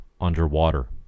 underwater